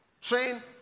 train